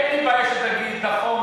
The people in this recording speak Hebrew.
אין לי בעיה שתגיד: נכון,